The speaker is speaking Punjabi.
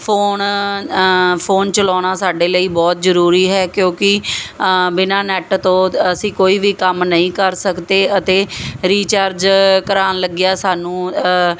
ਫੋਣ ਫੋਨ ਚਲਾਉਣਾ ਸਾਡੇ ਲਈ ਬਹੁਤ ਜ਼ਰੂਰੀ ਹੈ ਕਿਉਂਕਿ ਬਿਨਾਂ ਨੈਟ ਤੋਂ ਅਸੀਂ ਕੋਈ ਵੀ ਕੰਮ ਨਹੀਂ ਕਰ ਸਕਦੇ ਅਤੇ ਰੀਚਾਰਜ ਕਰਵਾਉਣ ਲੱਗਿਆ ਸਾਨੂੰ